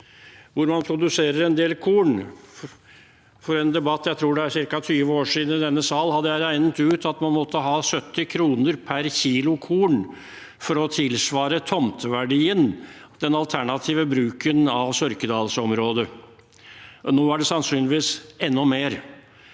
hvor man produserer en del korn. Til en debatt i denne sal, jeg tror det er ca. 20 år siden, hadde jeg regnet ut at man måtte ha 70 kr per kg korn for å tilsvare tomteverdien – den alternative bruken av sørkedalsområdet. Nå er det sannsynligvis enda mer.